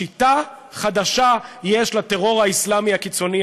שיטה חדשה יש לטרור האסלאמי הקיצוני,